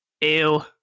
Ew